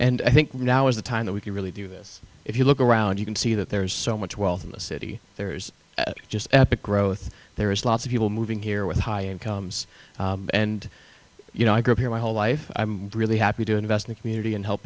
and i think now is the time that we can really do this if you look around you can see that there is so much wealth in the city there's just epic growth there is lots of people moving here with high incomes and you know i grew up here my whole life i'm really happy to invest in a community and help